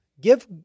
give